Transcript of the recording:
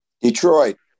Detroit